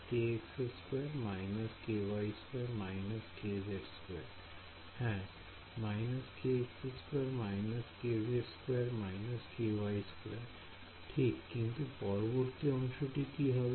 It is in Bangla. Student হ্যাঁ ঠিক কিন্তু পরবর্তী অংশটি কি হবে